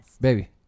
baby